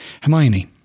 Hermione